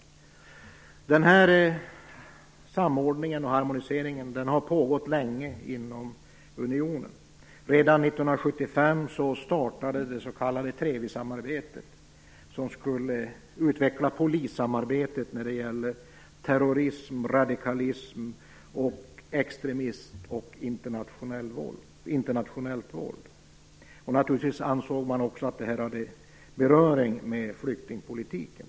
Den här samordningen och harmoniseringen har pågått länge inom unionen. Redan 1975 startade det s.k. TREVI samarbetet, som skulle utveckla polissamarbetet när det gäller terrorism, radikalism, extremism och internationellt våld. Naturligtvis ansåg man att detta också hade beröring med flyktingpolitiken.